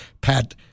pat